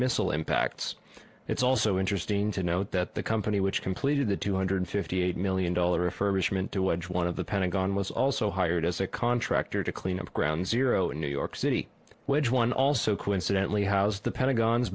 missile impacts it's also interesting to note that the company which completed the two hundred fifty eight million dollar refer to wedge one of the pentagon was also hired as a contractor to cleanup ground zero in new york city which one also coincidentally how's the pentagon's